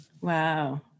Wow